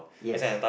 yes